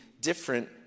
different